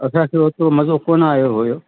असांखे ओतिरो मज़ो कोन आयो हुओ